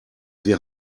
wir